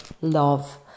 love